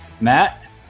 Matt